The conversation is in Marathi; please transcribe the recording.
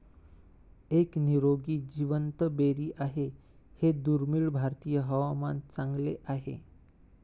एक निरोगी जिवंत बेरी आहे हे दुर्मिळ भारतीय हवामान चांगले आहे